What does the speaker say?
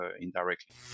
indirectly